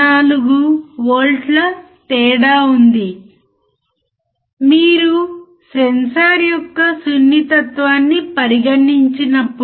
మనము యాంప్లిఫైయర్ను ఎక్కడ ఉపయోగించవచ్చు